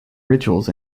rituals